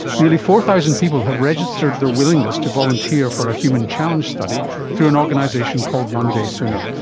nearly four thousand people have registered their willingness to volunteer for a human challenge study through an organisation called one daysooner.